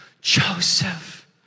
Joseph